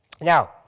Now